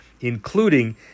including